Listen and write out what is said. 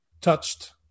touched